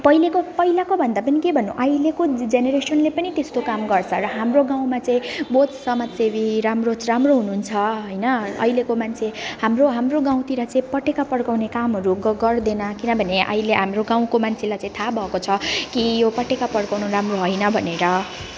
पहिलेको पहिलाको भन्दा पनि के भन्नु अहिलेको जेनेरेसनले पनि त्यस्तो काम गर्छ र हाम्रो गाउँमा चाहिँ बहुत समाजसेवी राम्रो राम्रो हुनुहुन्छ होइन अहिलेको मान्छे हाम्रो हाम्रो गाउँतिर चाहिँ पटेका पड्काउने कामहरू ग गर्दैन किनभने अहिले हाम्रो गाउँको मान्छेलाई चाहिँ थाहा भएको छ कि यो पटेका पड्काउनु राम्रो होइन भनेर